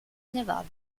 nevada